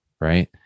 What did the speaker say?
Right